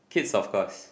kids of course